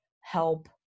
help